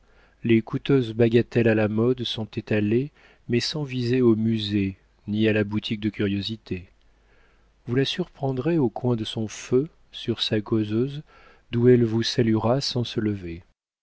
les coûteuses bagatelles à la mode sont étalées mais sans viser au musée ni à la boutique de curiosités vous la surprendrez au coin de son feu sur sa causeuse d'où elle vous saluera sans se lever